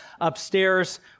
upstairs